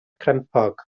crempog